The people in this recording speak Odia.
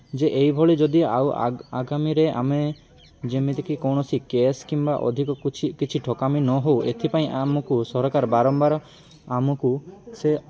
ଯେ ଏହିଭଳି ଯଦି ଆଉ ଆଗାମୀରେ ଆମେ ଯେମିତିକି କୌଣସି କେସ୍ କିମ୍ବା ଅଧିକ କିଛି କିଛି ଠକାମୀ ନ ହହେ ଏଥିପାଇଁ ଆମକୁ ସରକାର ବାରମ୍ବାର ଆମକୁ ସେ